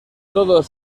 todos